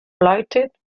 blighted